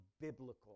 biblical